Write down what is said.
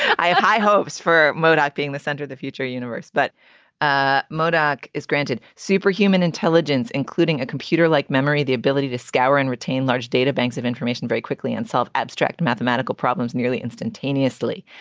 i have high hopes for murdoch being the center of the future universe but ah murdoch is granted superhuman intelligence, including a computer like memory, the ability to scour and retain large data banks of information very quickly and solve abstract mathematical problems nearly instantaneously.